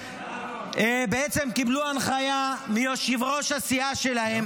בעצם קיבלו הנחיה מיושב-ראש הסיעה שלהם